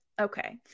Okay